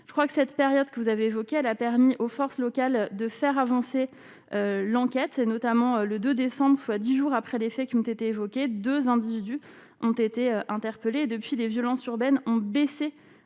je crois que cette période que vous avez évoquée, elle a permis aux forces locales de faire avancer l'enquête, notamment le 2 décembre, soit 10 jours après les faits qui ont été évoqués, 2 individus ont été interpellés depuis les violences urbaines ont baissé